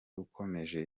ukomeje